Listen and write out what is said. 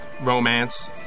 romance